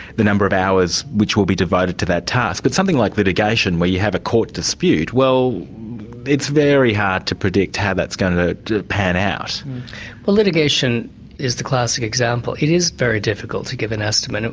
the number of hours which will be devoted to that task. but something like litigation, where you have a court dispute, well it's very hard to predict how that's going to to pan out. well litigation is the classic example. it is very difficult to give an estimate.